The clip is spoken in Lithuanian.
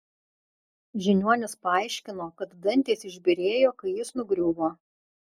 žiniuonis paaiškino kad dantys išbyrėjo kai jis nugriuvo